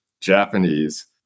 Japanese